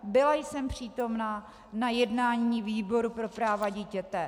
Byla jsem přítomna na jednání výboru pro práva dítěte.